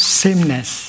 sameness